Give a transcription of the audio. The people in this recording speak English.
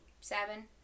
seven